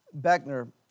Beckner